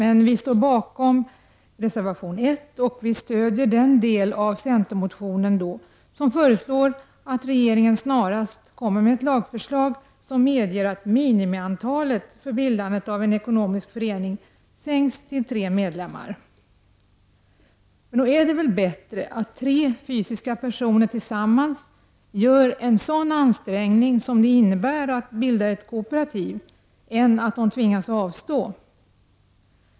Vi står dock bakom reservation 1 och stöder den del av centermotionen som föreslår att regeringen snarast skall komma med ett lagförslag som medger att minimiantalet för bildandet av en ekonomisk förening sänks till tre medlemmar. Nog är det väl bättre att tre fysiska personer tillsammans gör en sådan ansträngning som det innebär att bilda ett kooperativ än att de tvingas avstå?